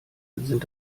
sind